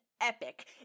epic